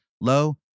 Low